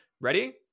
ready